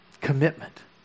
commitment